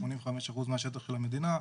85% של השטח של המדינה,